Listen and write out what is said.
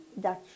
Dutch